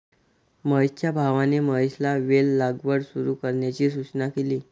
महेशच्या भावाने महेशला वेल लागवड सुरू करण्याची सूचना केली